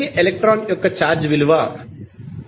ప్రతి ఎలక్ట్రాన్ యొక్క ఛార్జ్ విలువ 1